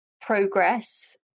progress